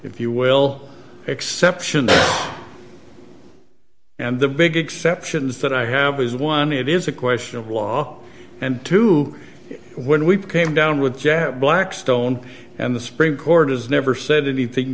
if you will exceptions and the big exceptions that i have is one it is a question of law and two when we came down with jack blackstone and the supreme court has never said anything